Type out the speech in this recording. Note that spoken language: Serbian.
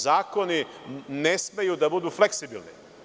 Zakoni ne smeju da budu fleksibilni.